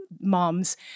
moms